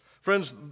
Friends